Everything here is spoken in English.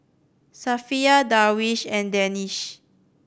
Safiya Darwish and Danish